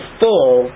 full